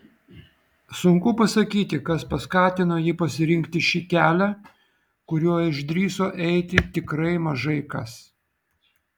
sunku pasakyti kas paskatino jį pasirinkti šį kelią kuriuo išdrįso eiti tikrai mažai kas